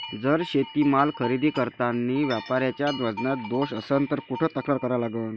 जर शेतीमाल खरेदी करतांनी व्यापाऱ्याच्या वजनात दोष असन त कुठ तक्रार करा लागन?